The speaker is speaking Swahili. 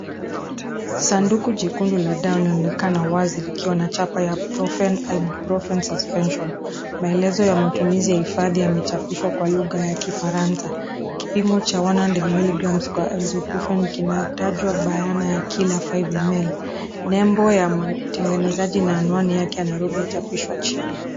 Sanduku jekundu la dawa linaonekana wazi likiwa na chapa ya "Profen Ibuprofen suspension". Maelezo ya matumizi ya hifadhi yamechapishwa kwa lugha ya kifaransa. Kipimo cha one hundred milligrammes per Ibuprofen kinatajwa bayana ya kila five ml . Nembo ya mtengenezaji na anwani yake ya Nairobi yachapishwa chini.